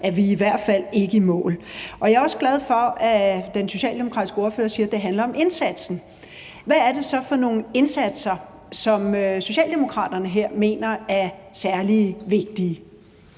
at vi i hvert fald ikke er i mål. Jeg er også glad for, at den socialdemokratiske ordfører siger, at det handler om indsatsen. Hvad er det så for nogle indsatser, som Socialdemokraterne her mener er særlig vigtige?